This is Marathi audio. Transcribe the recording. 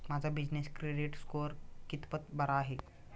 माझा बिजनेस क्रेडिट स्कोअर कितपत बरा आहे?